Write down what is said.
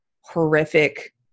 horrific